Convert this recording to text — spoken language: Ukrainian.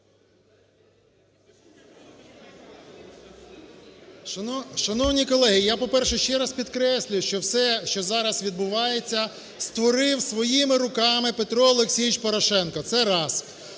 Шановні колеги, я, по-перше, ще раз підкреслюю, що все, що зараз відбувається, створив своїми руками Петро Олексійович Порошенко. Це раз.